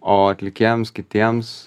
o atlikėjams kitiems